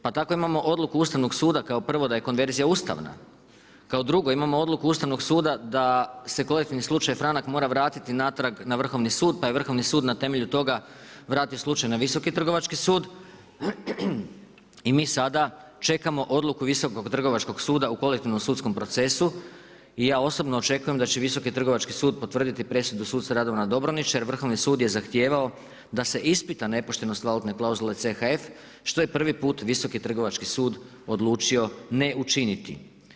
Pa tako imamo odluku Ustavnog suda kao prvo, da je konverzija ustavna, kao drugo imamo odluku Ustavnog suda da se kolektivni slučaj Franak mora vratiti natrag na Vrhovni sud pa je Vrhovni sud na temelju toga vratio slučaj na Visoki trgovački sud i mi sada čekamo odluku Visokog trgovačkog suda u kolektivnom sudskom procesu i ja osobno očekujem da će Visoki trgovački sud potvrditi presudu suca Radovana Dobronića jer Vrhovni sud je zahtijevao da se ispita nepoštenost valutne klauzule CHF što je prvi put Visoki trgovački sud odlučio ne učiniti.